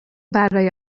برای